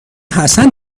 حسن